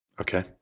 Okay